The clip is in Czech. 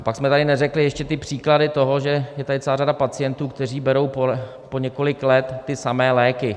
A pak jsme tady neřekli ještě ty příklady toho, že je tady celá řada pacientů, kteří berou po několik let ty samé léky.